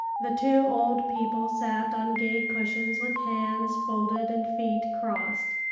the two old people sat on gay cushions with hands folded and feet crossed.